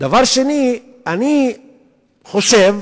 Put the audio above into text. דבר שני, אני חושב,